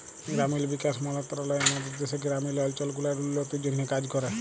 গেরামিল বিকাশ মলত্রলালয় আমাদের দ্যাশের গেরামিল অলচল গুলার উল্ল্য তির জ্যনহে কাজ ক্যরে